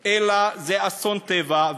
אלא זה אסון טבע,